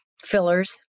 Fillers